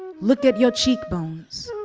look at your cheekbones,